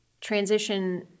transition